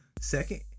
Second